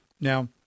Now